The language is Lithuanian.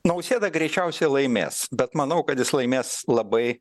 nausėda greičiausiai laimės bet manau kad jis laimės labai